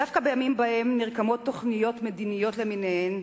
דווקא בימים שבהם נרקמות תוכניות מדיניות למיניהן,